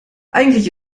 eigentlich